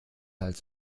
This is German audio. halt